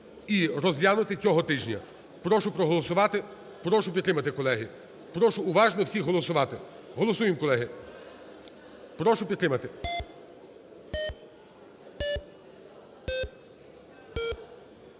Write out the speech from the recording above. і розглянути цього тижня. Прошу проголосувати, прошу підтримати, колеги. Прошу уважно всіх проголосувати! Голосуємо, колеги. Прошу підтримати.